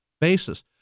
basis